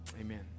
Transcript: Amen